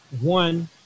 one